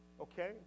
okay